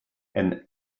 and